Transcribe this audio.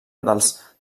dels